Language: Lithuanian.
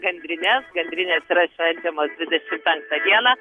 gandrines gandrinės yra švenčiamos dvidešimt penktą dieną